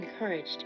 encouraged